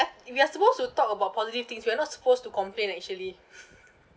we are supposed to talk about positive things we are not supposed to complain actually